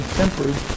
tempered